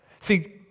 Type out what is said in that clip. See